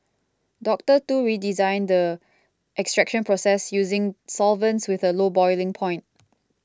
Doctor Tu redesigned the extraction process using solvents with a low boiling point